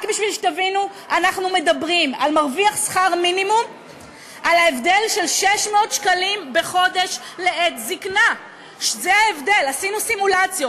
טלי, זאת בושה.